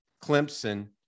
Clemson